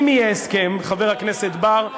אם יהיה הסכם, חבר הכנסת בר,